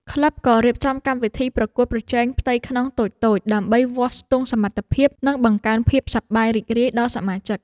ក្លឹបក៏រៀបចំកម្មវិធីប្រកួតប្រជែងផ្ទៃក្នុងតូចៗ ដើម្បីវាស់ស្ទង់សមត្ថភាព និងបង្កើនភាពសប្បាយរីករាយដល់សមាជិក។